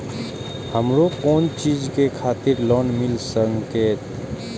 हमरो कोन चीज के खातिर लोन मिल संकेत?